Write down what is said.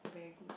very good